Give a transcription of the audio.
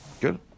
Good